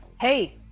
hey